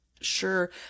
Sure